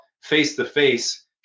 face-to-face